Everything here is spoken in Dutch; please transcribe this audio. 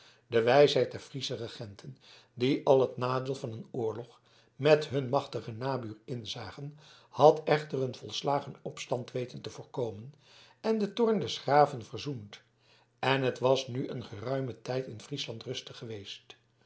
de wijsheid der friesche regenten die al het nadeel van een oorlog met hun machtigen nabuur inzagen had echter een volslagen opstand weten te voorkomen en den toorn des graven verzoend en het was nu een geruimen tijd in friesland rustig geweest